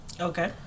okay